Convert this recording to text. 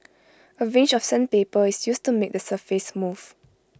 A range of sandpaper is used to make the surface smooth